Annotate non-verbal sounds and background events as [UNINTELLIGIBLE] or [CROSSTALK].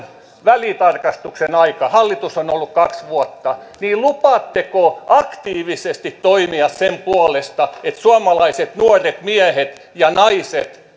välitarkastuksen aika hallitus on ollut kaksi vuotta niin lupaatteko aktiivisesti toimia sen puolesta että suomalaiset nuoret miehet ja naiset [UNINTELLIGIBLE]